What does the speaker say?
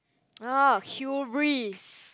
oh hubris